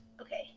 Okay